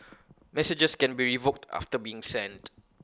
messages can be revoked after being sent